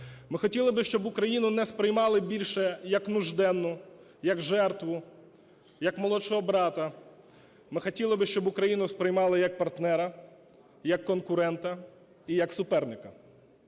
Ми хотіли би, щоб Україну не сприймали більше як нужденну, як жертву, як молодшого брата. Ми хотіли би, щоб Україну сприймали як партнера, як конкурента і як суперника.